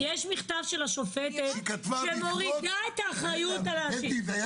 יש מכתב של השופטת שמורידה את האחריות --- זה היה